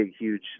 huge –